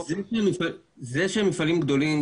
זה שהם מפעלים גדולים,